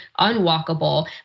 unwalkable